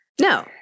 No